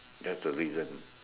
that's the reason